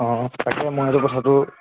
অঁ তাকে মই এইটো কথাটো